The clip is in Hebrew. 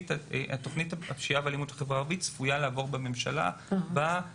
תוכנית הפשיעה באלימות בחברה הערבית צפויה לעבור בממשלה ב-24